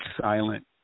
silent